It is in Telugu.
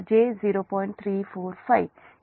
345 ఇక్కడ కూడా j 0